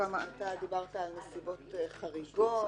אתה דיברת על נסיבות חריגות.